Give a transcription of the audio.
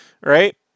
Right